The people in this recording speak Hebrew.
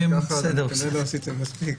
אם זה ככה, אז כנראה אני לא עשיתי מספיק.